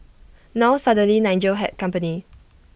now suddenly Nigel had company